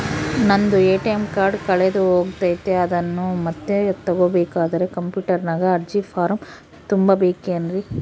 ನಂದು ATM card ಕಳೆದು ಹೋಗೈತ್ರಿ ಅದನ್ನು ಮತ್ತೆ ತಗೋಬೇಕಾದರೆ ಕಂಪ್ಯೂಟರ್ ನಾಗ ಅರ್ಜಿ ಫಾರಂ ತುಂಬಬೇಕನ್ರಿ?